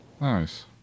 Nice